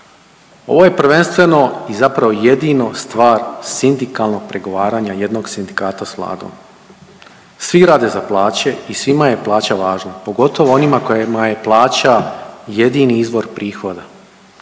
Ovo je prvenstveno i zapravo jedino stvar sindikalnog pregovaranja jednog sindikata s Vladom. Svi rade za plaće i svima je plaća važna, pogotovo onima kojima je plaća jedini izvor prihoda.